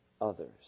others